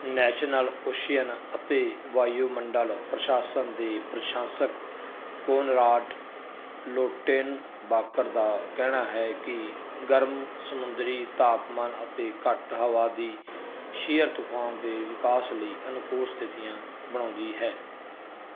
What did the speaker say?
national ocean ਅਤੇ ਵਾਯੂਮੰਡਲ ਪ੍ਰਸ਼ਾਸਨ ਦੇ ਪ੍ਰਸ਼ਾਸਕ ਕੋਨਰਾਡ ਲੌਟੇਨਬਾਕਰ ਦਾ ਕਹਿਣਾ ਹੈ ਕਿ ਗਰਮ ਸਮੁੰਦਰੀ ਤਾਪਮਾਨ ਅਤੇ ਘੱਟ ਹਵਾ ਦੀ ਸ਼ੀਅਰ ਤੂਫਾਨ ਦੇ ਵਿਕਾਸ ਲਈ ਅਨੁਕੂਲ ਸਥਿਤੀਆਂ ਬਣਾਉਂਦੀ ਹੈ